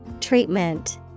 Treatment